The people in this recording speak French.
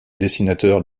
dessinateurs